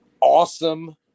awesome